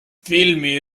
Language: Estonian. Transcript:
filmi